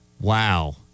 Wow